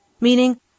Meaning